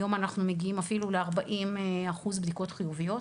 היום אנחנו מגיעים אפילו ל-40 אחוזי בדיקות חיוביות,